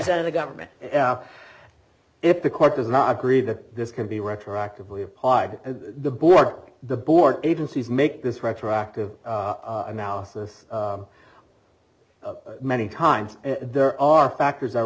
of the government if the court does not agree that this can be retroactively applied and the board the board agencies make this retroactive analysis many times there are factors are